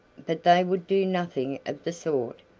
but they would do nothing of the sort,